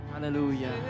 Hallelujah